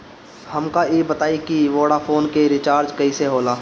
हमका ई बताई कि वोडाफोन के रिचार्ज कईसे होला?